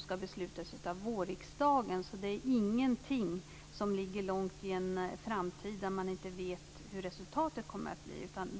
skall beslutas av vårriksdagen. Det är ingenting som ligger långt i en framtid där man inte vet hur resultatet kommer att bli.